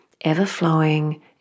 ever-flowing